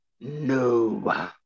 No